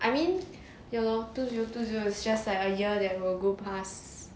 I mean ya lor two zero two zero it's just like a year that will go pass